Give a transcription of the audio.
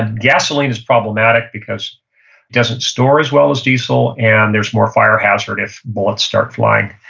and gasoline is problematic because it doesn't store as well as diesel, and there's more fire hazard if bullets start flying.